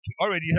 already